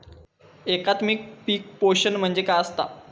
एकात्मिक पीक पोषण म्हणजे काय असतां?